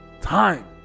time